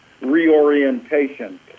reorientation